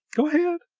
go ahead!